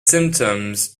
symptoms